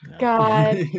God